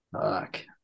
fuck